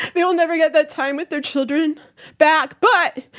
they will never get that time with their children back. but,